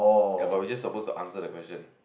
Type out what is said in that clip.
uh but we just suppose to answer the question